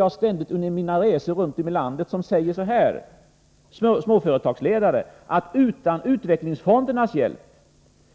Jag möter ständigt under mina resor runt om i landet småföretagsledare som säger så här: Utan utvecklingsfondernas hjälp,